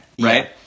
Right